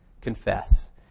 confess